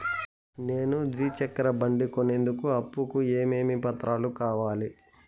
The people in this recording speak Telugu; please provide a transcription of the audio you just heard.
నేను ద్విచక్ర బండి కొనేందుకు అప్పు కు ఏమేమి పత్రాలు కావాలి?